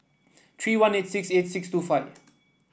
three one eight six eight six two five